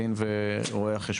שהם עורכי הדין ורואי חשבון.